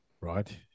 right